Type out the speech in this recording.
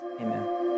amen